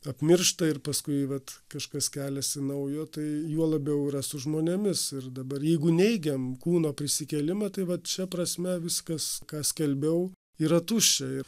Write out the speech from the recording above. apmiršta ir paskui vat kažkas keliasi naujo tai juo labiau yra su žmonėmis ir dabar jeigu neigiam kūno prisikėlimą tai vat šia prasme viskas ką skelbiau yra tuščia ir